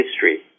history